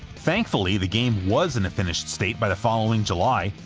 thankfully, the game was in a finished state by the following july,